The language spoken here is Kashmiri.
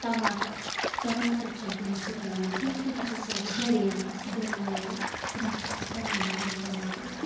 ٹماٹَر ٹماٹَر چھَس بہٕ یِتھ کٔٹھۍ رَنان تِم تہِ ہسا چھَس بہٕ گرے اَنان اَسہِ چھِ گَرِ وٲر بہٕ ہسا چھَس سُہ تمی منٛز اَنان ٹماٹَر